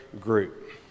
group